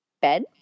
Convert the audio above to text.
bed